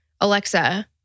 Alexa